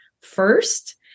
first